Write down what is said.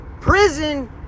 prison